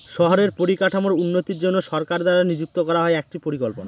শহরের পরিকাঠামোর উন্নতির জন্য সরকার দ্বারা নিযুক্ত করা হয় একটি পরিকল্পনা